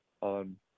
on